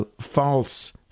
false